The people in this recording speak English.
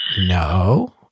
No